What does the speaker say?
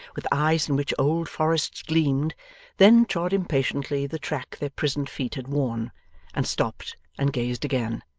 with eyes in which old forests gleamed then trod impatiently the track their prisoned feet had worn and stopped and gazed again.